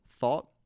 thought